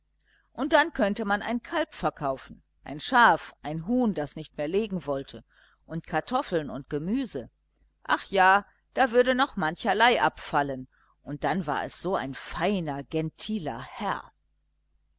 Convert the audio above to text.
und dann könnte man ein kalb verkaufen ein schaf ein huhn das nicht mehr legen wollte und kartoffeln und gemüse ach ja da würde noch mancherlei abfallen und dann war es ein so feiner gentiler herr